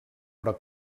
però